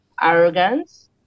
arrogance